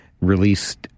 released